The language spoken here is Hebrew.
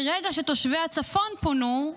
מרגע שתושבי הצפון פונו,